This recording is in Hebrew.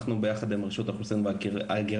אנחנו ביחד עם רשות האוכלוסין וההגירה